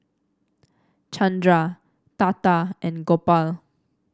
Chandra Tata and Gopal